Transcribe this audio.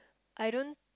I don't